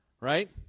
right